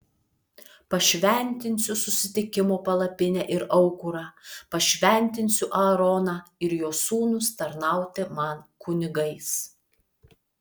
pašventinsiu susitikimo palapinę ir aukurą pašventinsiu aaroną ir jo sūnus tarnauti man kunigais